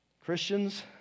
Christians